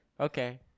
Okay